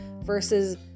versus